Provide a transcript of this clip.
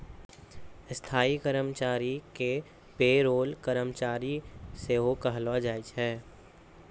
स्थायी कर्मचारी के पे रोल कर्मचारी सेहो कहलो जाय छै